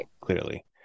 clearly